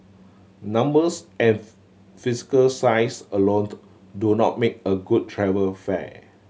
numbers and physical size alone do not make a good travel fair